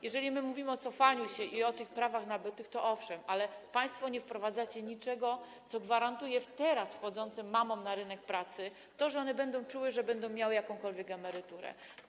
Jeżeli mówimy o cofaniu się i o prawach nabytych, to owszem, ale państwo nie wprowadzacie niczego, co gwarantuje mamom teraz wchodzącym na rynek pracy to, że one będą czuły, że będą miały jakąkolwiek emeryturę.